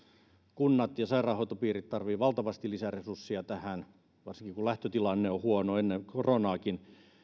kunnat ja sairaanhoitopiirit tarvitsevat valtavasti lisäresursseja tähän varsinkin kun lähtötilanne on huono ennen koronaakin